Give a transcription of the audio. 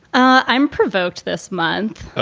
i'm provoked this month.